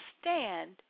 stand